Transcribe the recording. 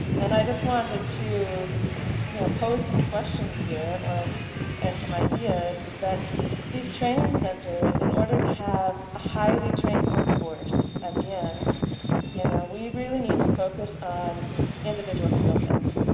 and i just wanted to you know pose some questions here and some ideas is that these training and centers in order to have a highly trained workforce at the end you know we really need to focus on individual skill sets.